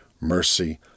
mercy